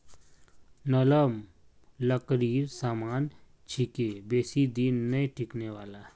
नरम लकड़ीर सामान छिके बेसी दिन नइ टिकने वाला